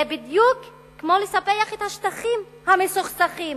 זה בדיוק כמו לספח את השטחים, "המסוכסכים".